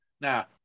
Now